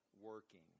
working